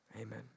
amen